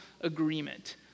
agreement